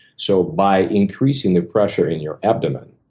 so by increasing the pressure in your abdomen,